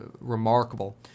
remarkable